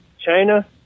China